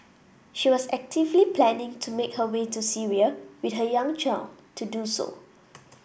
she was actively planning to make her way to Syria with her young child to do so